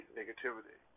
negativity